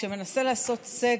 שמנסה לעשות סדר,